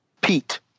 Pete